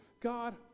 God